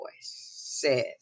says